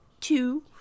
Two